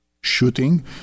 shooting